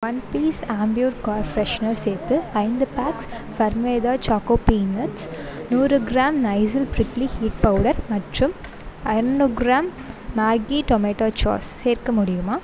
one piece Ambi Pur car freshener சேர்த்து ஐந்து box ஃப்ர்ம்வேதா சாக்கோ பீநட்ஸ் நூறு gram Nycil prickly heat powder மற்றும் ஐநூறு கிராம் மேகி டொமேட்டோ சாஸ் சேர்க்க முடியுமா